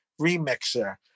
remixer